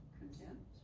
content